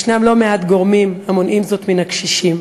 ישנם לא מעט גורמים המונעים זאת מן הקשישים,